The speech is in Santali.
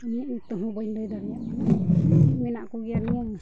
ᱩᱱᱤᱭᱟᱜ ᱧᱩᱛᱩᱢ ᱦᱚᱸ ᱵᱟᱧ ᱞᱟᱹᱭ ᱫᱟᱲᱮᱭᱟᱜ ᱠᱟᱱᱟ ᱦᱮᱸ ᱢᱮᱱᱟᱜ ᱠᱚᱜᱮᱭᱟ ᱱᱤᱭᱟᱹ